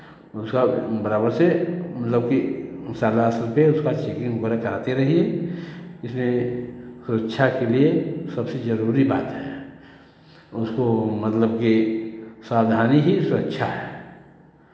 उसका बराबर से मतलब कि करके उसका चेकिंग वगैरह कराते रहिए इसमें सुरक्षा के लिए सबसे ज़रूरी बात है उसको मतलब कि सावधानी ही सुरक्षा है